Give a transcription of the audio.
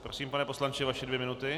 Prosím, pane poslanče, vaše dvě minuty.